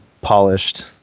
polished